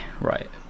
right